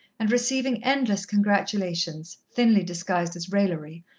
and receiving endless congratulations, thinly disguised as raillery,